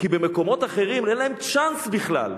כי במקומות אחרים אין להם צ'אנס בכלל.